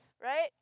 right